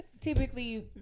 typically